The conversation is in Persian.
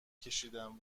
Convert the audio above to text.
کشیدیم